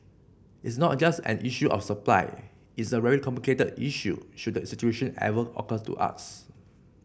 it's not just an issue of supply it's a very complicated issue should that situation ever occur to us